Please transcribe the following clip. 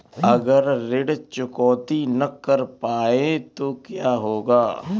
अगर ऋण चुकौती न कर पाए तो क्या होगा?